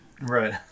Right